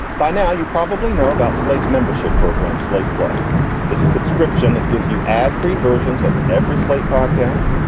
by now, you probably know about slate's membership program slate, plus its subscription that gives you ad free versions of every slate podcast.